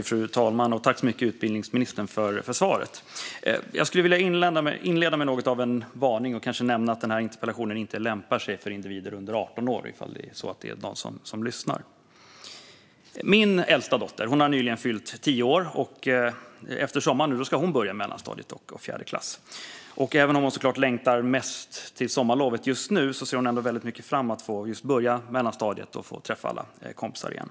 Fru talman! Tack, utbildningsministern, för svaret! Jag skulle vilja inleda med något av en varning och nämna att denna interpellation inte lämpar sig för individer under 18 år, om det är någon sådan som lyssnar. Min äldsta dotter har nyligen fyllt tio år. Efter sommaren ska hon börja i mellanstadiet, i fjärde klass. Även om hon just nu såklart längtar mest till sommarlovet ser hon väldigt mycket fram emot att få börja mellanstadiet och få träffa alla kompisar igen.